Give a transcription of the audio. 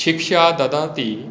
शिक्षा ददाति